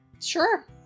Sure